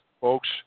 folks